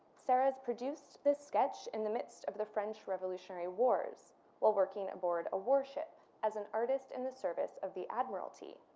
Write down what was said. serra's produced this sketch in the midst of the french revolutionary wars while working aboard a warship as an artist in the service of the admiralty.